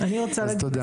אז תודה.